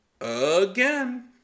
Again